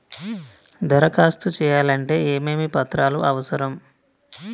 దరఖాస్తు చేయాలంటే ఏమేమి పత్రాలు అవసరం?